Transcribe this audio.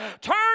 Turn